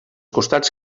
costats